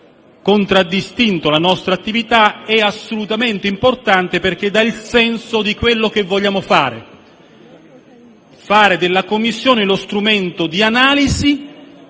contraddistinto la nostra attività è assolutamente importante, perché dà il senso di quello che ci proponiamo di fare. Vogliamo fare della Commissione lo strumento di analisi